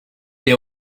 they